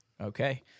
Okay